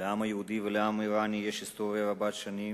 לעם היהודי ולעם האירני יש היסטוריה רבת-שנים,